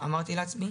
אמרתי לעצמי